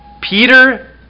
Peter